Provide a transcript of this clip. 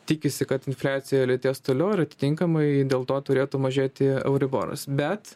tikisi kad infliacija lėtės toliau ir atitinkamai dėl to turėtų mažėti euriboras bet